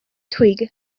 twig